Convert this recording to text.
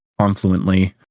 confluently